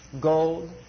gold